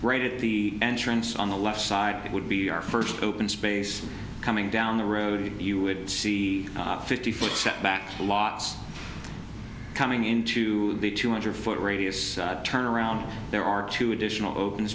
right at the entrance on the left side it would be our first open space coming down the road you would see the fifty foot step back lots coming into the two hundred foot radius turnaround there are two additional open